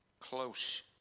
close